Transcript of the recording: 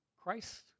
Christ